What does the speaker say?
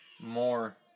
more